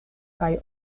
kaj